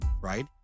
right